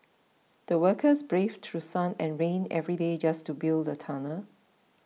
the workers braved through sun and rain every day just to build the tunnel